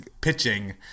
pitching